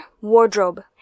wardrobe